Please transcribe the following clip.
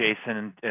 Jason